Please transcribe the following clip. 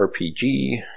RPG